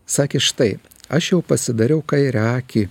sakė štai aš jau pasidariau kairę akį